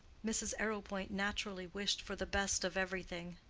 mrs. arrowpoint naturally wished for the best of everything.